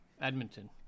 Edmonton